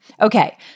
Okay